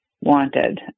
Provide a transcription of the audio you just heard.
wanted